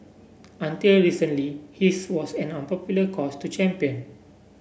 until recently his was an unpopular cause to champion